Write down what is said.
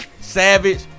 Savage